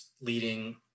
leading